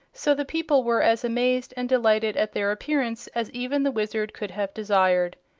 so the people were as amazed and delighted at their appearance as even the wizard could have desired.